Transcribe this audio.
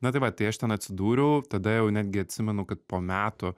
na tai va tai aš ten atsidūriau tada jau netgi atsimenu kad po metų